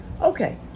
okay